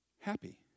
happy